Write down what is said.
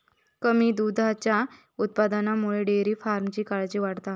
कमी दुधाच्या उत्पादनामुळे डेअरी फार्मिंगची काळजी वाढता हा